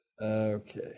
Okay